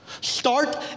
start